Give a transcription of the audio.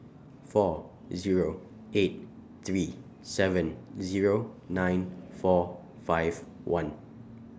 four Zero eight three seven Zero nine four five one